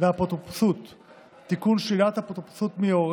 ואפוטרופסות (תיקון) (שלילת אפוטרופסות מהורה